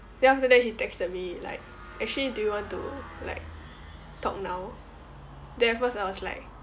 then after that he texted me like actually do you want to like talk now then at first I was like